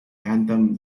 anthem